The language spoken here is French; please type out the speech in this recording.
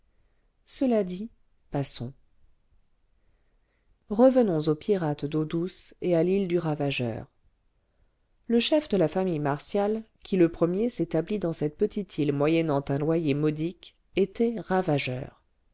cela dit passons revenons aux pirates d'eau douce et à l'île du ravageur le chef de la famille martial qui le premier s'établit dans cette petite île moyennant un loyer modique était ravageur